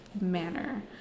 manner